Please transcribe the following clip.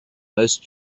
most